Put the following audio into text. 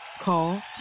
Call